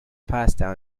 pasta